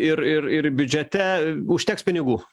ir ir ir biudžete užteks pinigų